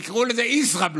יקראו לזה ישראבלוף.